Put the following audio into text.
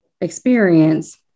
experience